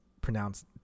pronounced